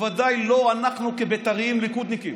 בוודאי לא מאיתנו, כבית"רים ליכודניקים.